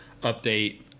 update